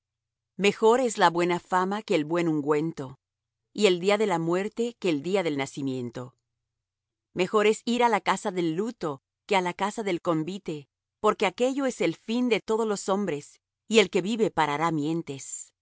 mejor es la buena fama que el buen ungüento y el día de la muerte que el día del nacimiento mejor es ir á la casa del luto que á la casa del convite porque aquello es el fin de todos los hombres y el que vive parará mientes